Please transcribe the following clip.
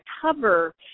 Cover